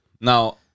Now